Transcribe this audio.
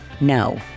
no